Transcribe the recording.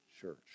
Church